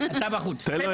בעד.